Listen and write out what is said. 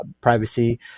privacy